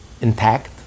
intact